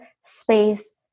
space